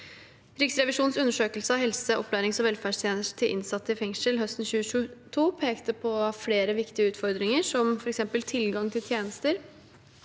Riksrevisjonens undersøkelse av helse-, opplærings- og velferdstjenester til innsatte i fengsel høsten 2022 pekte på flere viktige utfordringer som f.eks. tilgang til tjenester,